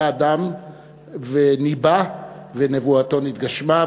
היה אדם וניבא ונבואתו נתגשמה.